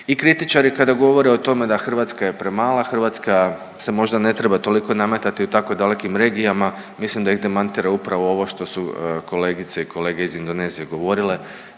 i kritičari kada govore o tome da Hrvatska je premala, Hrvatska se možda ne treba toliko nametati u tako dalekim regijama. Mislim da ih demantira upravo ovo što su kolegice i kolege iz Indonezije govorile,